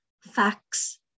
facts